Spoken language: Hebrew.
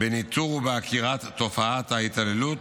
בניטור ובעקירת תופעת ההתעללות.